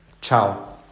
Ciao